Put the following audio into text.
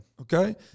Okay